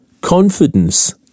Confidence